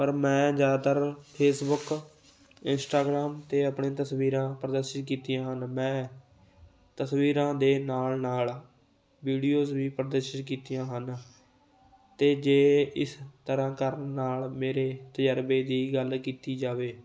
ਪਰ ਮੈਂ ਜ਼ਿਆਦਾਤਰ ਫੇਸਬੁੱਕ ਇੰਸਟਾਗ੍ਰਾਮ 'ਤੇ ਆਪਣੇ ਤਸਵੀਰਾਂ ਪ੍ਰਦਰਸ਼ਿਤ ਕੀਤੀਆਂ ਹਨ ਮੈਂ ਤਸਵੀਰਾਂ ਦੇ ਨਾਲ ਨਾਲ ਵੀਡੀਓਸ ਵੀ ਪ੍ਰਦਰਸ਼ਿਤ ਕੀਤੀਆਂ ਹਨ ਅਤੇ ਜੇ ਇਸ ਤਰ੍ਹਾਂ ਕਰਨ ਨਾਲ ਮੇਰੇ ਤਜ਼ਰਬੇ ਦੀ ਗੱਲ ਕੀਤੀ ਜਾਵੇ